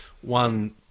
one